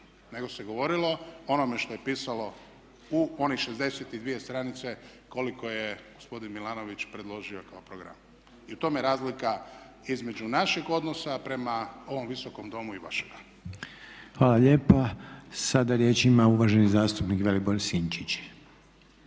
nego se govorilo o onome što je pisalo u onih 62 stranice koliko je gospodin Milanović predložio kao program. I u tome je razlika između naših odnosa prema ovom visokom domu i vašega. **Reiner, Željko (HDZ)** Hvala lijepa. Sada riječ ima uvaženi zastupnik Vilibor Sinčić.